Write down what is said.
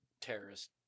terrorist